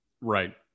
Right